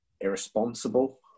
irresponsible